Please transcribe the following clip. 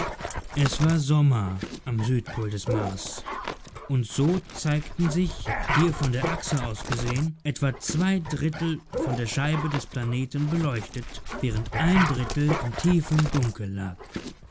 es war sommer am südpol des mars und so zeigten sich hier von der achse aus gesehen etwa zwei drittel von der scheibe des planeten beleuchtet während ein drittel in tiefem dunkel lag